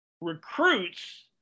recruits